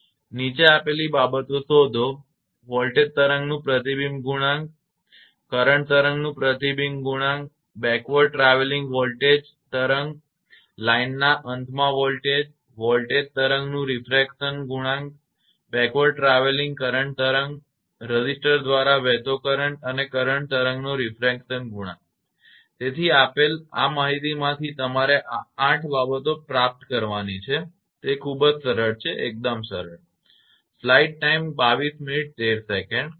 નીચે આપેલ બાબતો શોધો 1 વોલ્ટેજ તરંગનું પ્રતિબિંબ ગુણાંક કરંટ તરંગનું પ્રતિબિંબ ગુણાંક બેકવર્ડ ટ્રાવેલીંગ વોલ્ટેજ તરંગ લાઇનના અંતમાં વોલ્ટેજ વોલ્ટેજ તરંગનું રીફ્રેક્શન ગુણાંક બેકવર્ડ ટ્રાવેલીંગ કરંટ તરંગ રેઝિસ્ટર દ્વારા વહેતો કરંટ અને કરંટ તરંગનો રીફ્રેક્શન ગુણાંક તેથી આપેલ આ માહિતીમાંથી તમારે આ 8 બાબતો પ્રાપ્ત કરવાની છે તે ખૂબ જ સરળ છે એકદમ સરળ